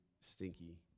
stinky